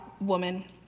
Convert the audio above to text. woman